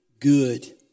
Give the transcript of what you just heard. Good